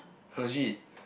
legit